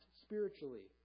spiritually